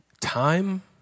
Time